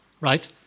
right